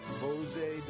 Jose